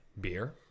beer